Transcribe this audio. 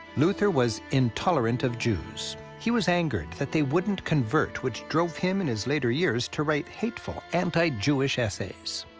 luther was intolerant of jews. he was angered that they wouldn't convert, which drove him, in his later years, to write hateful anti-jewish essays.